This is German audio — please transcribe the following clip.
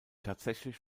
tatsächlich